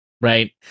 Right